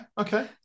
okay